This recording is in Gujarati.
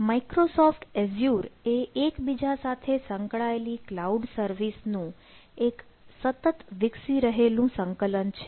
માઇક્રોસોફ્ટ એઝ્યુર એ એકબીજા સાથે સંકળાયેલી કલાઉડ સર્વિસ નું એક સતત વિકસી રહેલું સંકલન છે